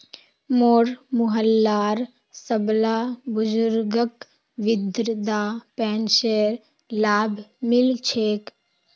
मोर मोहल्लार सबला बुजुर्गक वृद्धा पेंशनेर लाभ मि ल छेक